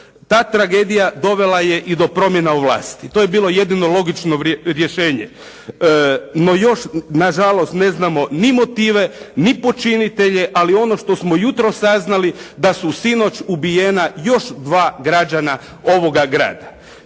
Ta tragedija dovela je i do promjena u vlasti. To je bilo jedino logično rješenje. No još nažalost ne znamo ni motive, ni počinitelje, ali ono što smo jutros saznali da su sinoć ubijena još 2 građana ovoga grada.